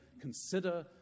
Consider